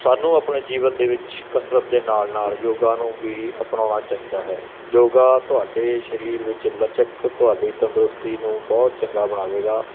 ਸਾਨੂੰ ਆਪਣੇ ਜੀਵਨ ਦੇ ਵਿੱਚ ਕਸਰਤ ਦੇ ਨਾਲ ਨਾਲ ਯੋਗਾ ਨੂੰ ਵੀ ਅਪਣਾਉਣਾ ਚਾਹੀਦਾ ਹੈ ਯੋਗਾ ਤੁਹਾਡੇ ਸਰੀਰ ਵਿੱਚ ਲਚਕ ਤੁਹਾਡੀ ਤੰਦਰੁਸਤੀ ਨੂੰ ਬਹੁਤ ਚੰਗਾ ਬਣਾਵੇਗਾ